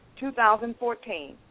2014